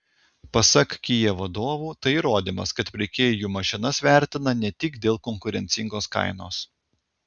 pasak kia vadovų tai įrodymas kad pirkėjai jų mašinas vertina ne tik dėl konkurencingos kainos